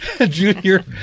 junior